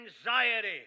anxiety